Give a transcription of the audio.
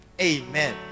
amen